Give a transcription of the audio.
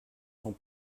sont